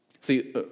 See